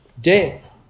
Death